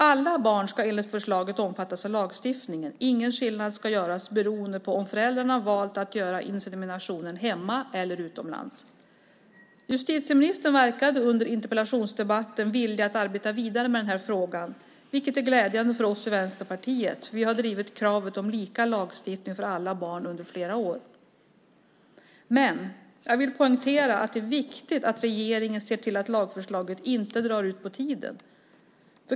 Alla barn ska enligt förslaget omfattas av lagstiftningen. Ingen skillnad ska göras beroende på om föräldrarna har valt att göra inseminationen hemma eller utomlands. Justitieministern verkade under interpellationsdebatten vara villig att arbeta vidare med den här frågan. Det är glädjande för oss i Vänsterpartiet. Vi har under flera år drivit kravet om lika lagstiftning för alla barn. Jag vill poängtera att det är viktigt att regeringen ser till att lagförslaget inte drar ut på tiden.